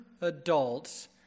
Adults